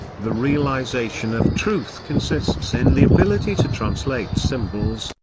the realisation of truth consists in the ability to translate symbols,